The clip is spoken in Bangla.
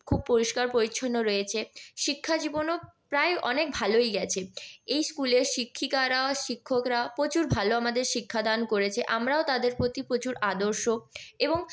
খুব পরিষ্কার পরিছন্ন রয়েছে শিক্ষা জীবনও প্রায় অনেক ভালোই গেছে এই স্কুলের শিক্ষিকারা শিক্ষকরা প্রচুর ভালো আমাদের শিক্ষাদান করেছে আমরাও তাদের প্রতি প্রচুর আদর্শ এবং